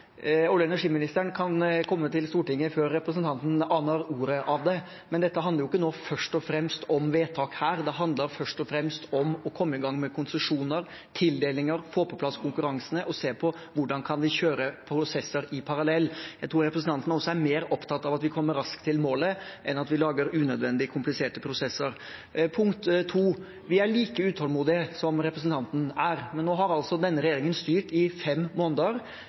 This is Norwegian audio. Olje- og energiministeren kan komme til Stortinget før representanten aner ordet av det, men dette handler ikke nå først og fremst om vedtak her, det handler først og fremst om å komme i gang med konsesjoner, tildelinger, få på plass konkurransene og se på hvordan vi kan kjøre prosesser i parallell. Jeg tror representanten også er mer opptatt av at vi kommer raskt til målet, enn at vi lager unødvendig kompliserte prosesser. Punkt 2: Vi er like utålmodige som representanten er, men nå har altså denne regjeringen styrt i fem måneder.